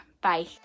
bye